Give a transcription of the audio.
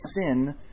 sin